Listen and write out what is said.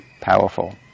powerful